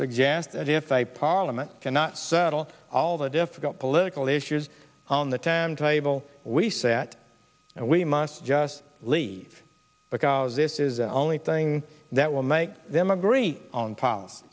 suggest that if a parliament cannot settle all the difficult political issues on the timetable we say that we must just leave because this is the only thing that will make them agree on p